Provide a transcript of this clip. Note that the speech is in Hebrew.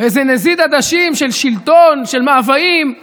באיזה נזיד עדשים של שלטון, של מאוויים,